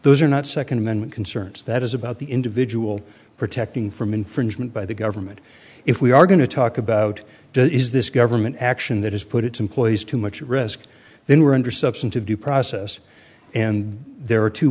those are not second amendment concerns that is about the individual protecting from infringement by the government if we are going to talk about the is this government action that has put its employees to much risk then we are under substantive due process and there are two